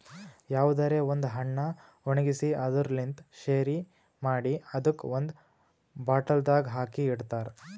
ಯಾವುದರೆ ಒಂದ್ ಹಣ್ಣ ಒಣ್ಗಿಸಿ ಅದುರ್ ಲಿಂತ್ ಶೆರಿ ಮಾಡಿ ಅದುಕ್ ಒಂದ್ ಬಾಟಲ್ದಾಗ್ ಹಾಕಿ ಇಡ್ತಾರ್